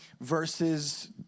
verses